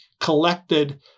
collected